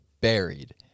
buried